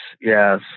Yes